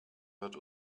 wird